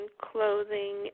clothing